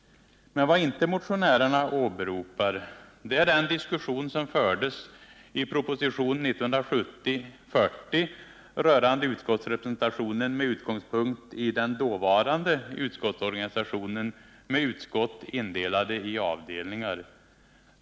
Men vad motionärerna inte åberopar är den diskussion som fördes i propositionen 1970:40 rörande utskottsrepresentationen med utgångspunkt i den dåvarande utskottsorganisationen med utskott indelade i avdelningar.